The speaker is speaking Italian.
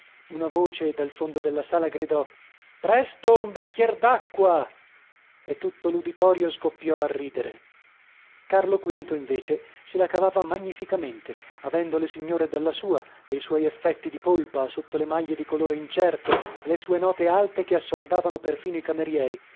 una voce dal fondo della sala gridò presto un bicchier dacqua e tutto luditorio scoppiò a ridere carlo v invece se la cavava magnificamente avendo le signore dalla sua pei suoi effetti di polpa sotto le maglie di colore incerto e le sue note alte che assordavano perfino i camerieri